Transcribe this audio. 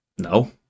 no